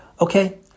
Okay